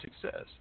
success